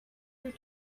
your